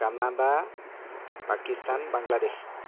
Canada Pakistan Bangladesh